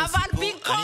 אבל במקום זה,